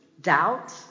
doubt